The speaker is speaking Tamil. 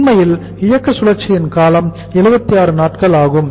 உண்மையில் இயக்க சுழற்சியின் காலம் 76 நாட்கள் ஆகும்